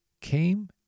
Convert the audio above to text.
came